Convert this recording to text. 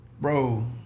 bro